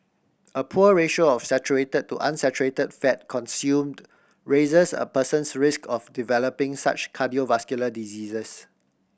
a poor ratio of saturate to unsaturate fat consumed raises a person's risk of developing such cardiovascular diseases